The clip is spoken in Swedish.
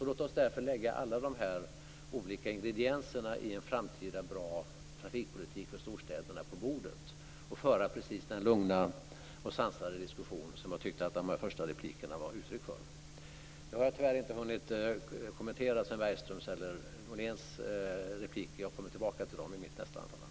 Låt oss därför lägga alla dessa olika ingredienserna i en framtida bra trafikpolitik för storstäderna på bordet och föra precis den lugna och sansade diskussion som jag tyckte att de första replikerna gav uttryck för. Nu har jag tyvärr inte hunnit kommentera Sven Bergströms eller Per-Richard Moléns inlägg. Jag kommer tillbaka till dem i mitt nästa anförande.